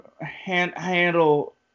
handle